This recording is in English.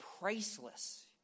priceless